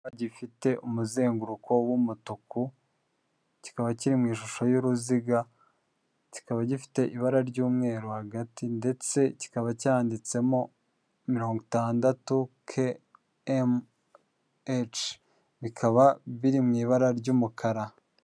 Gifite umuzenguruko w'umutuku kikaba kiri mu ishusho y'uruziga kikaba gifite ibara ry'umweru hagati ndetse kikaba cyanditsemo mirong'itandatu kirometero bikaba biri mu ibara ry'umukara.